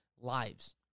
lives